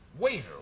Waiter